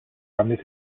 ramenait